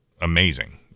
amazing